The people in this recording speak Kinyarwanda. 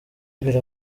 imbere